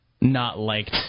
not-liked